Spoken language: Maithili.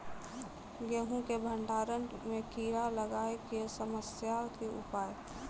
गेहूँ के भंडारण मे कीड़ा लागय के समस्या के उपाय?